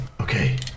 okay